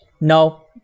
no